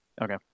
okay